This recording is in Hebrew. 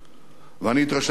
ואני התרשמתי מאוד,